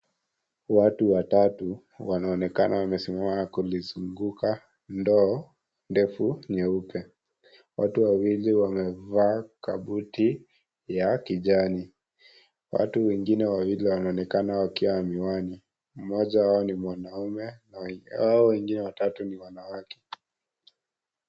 Watu watatu, wanaonekana wamesimama kulizunguka ndoo ndefu nyeupe. Watu wawili wamevaa kabuti ya kijani. Watu wengine wawili wanaonekana wakiwa na miwani. Mmoja wao ni mwanaume, na hao wengine watatu ni wanawake.